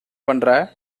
பண்ற